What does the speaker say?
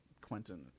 Quentin